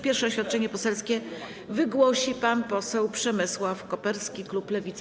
Pierwsze oświadczenie poselskie wygłosi pan poseł Przemysław Koperski, klub Lewica.